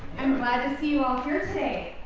i'm glad to see you all here today.